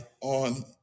on